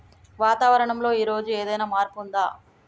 వాతావరణం లో ఈ రోజు ఏదైనా మార్పు ఉందా?